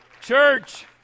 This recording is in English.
Church